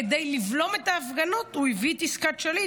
כדי לבלום את ההפגנות, הוא הביא את עסקת שליט.